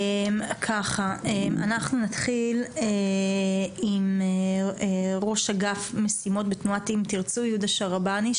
אנחנו נתחיל עם ראש אגף משימות בתנועת "אם תרצו" יהודה שרבאני.